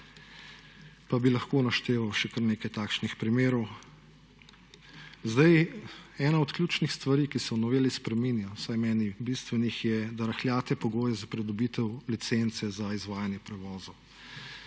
Pa bi lahko našteval še kar nekaj takšnih primerov. 75. TRAK: (MK) – 15.10 (nadaljevanje) Ena od ključnih stvari, ki se v noveli spreminja, vsaj meni bistvenih je, da rahljate pogoje za pridobitev licence za izvajanje prevozov.